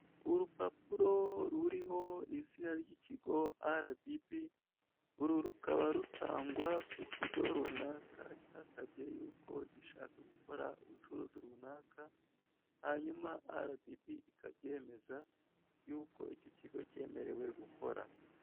Urupapuro ruriho izina ry'ikigo RDB, uru rukaba rutangwa ku kigo runaka cyasabye yuko gishaka gukora ubucuruzi runaka, hanyuma RDB ikabyemeza yuko icyo kigo cyemerewe gukora.